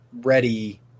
ready